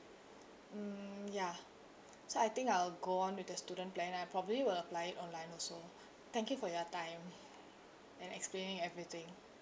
um ya so I think I'll go on with the student plan and I probably will apply it online also thank you for your time and explaining everything